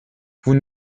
vous